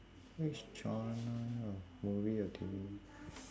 which genre of movie or T_V